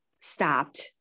stopped